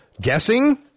guessing